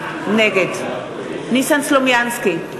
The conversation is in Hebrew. נגד ניסן סלומינסקי,